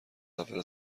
اول